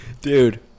Dude